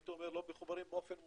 הייתי אומר לא מחוברים באופן מוסדר,